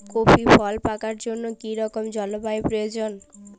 Coffee ফল পাকার জন্য কী রকম জলবায়ু প্রয়োজন?